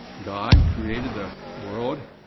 god created the world